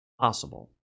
possible